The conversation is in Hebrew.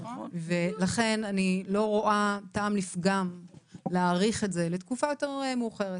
לכן אני לא רואה טעם לפגם להאריך את זה לתקופה יותר מאוחרת.